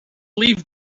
leave